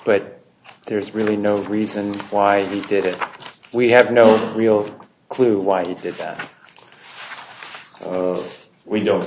but there's really no reason why he did it we have no real clue why he did that we don't